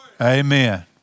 Amen